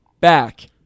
back